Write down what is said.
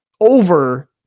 over